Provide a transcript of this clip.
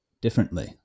differently